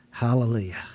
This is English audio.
Hallelujah